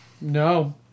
No